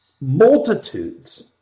multitudes